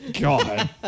God